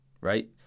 right